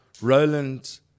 Roland